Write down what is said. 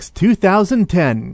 2010